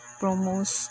promos